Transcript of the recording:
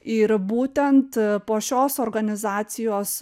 ir būtent po šios organizacijos